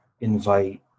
invite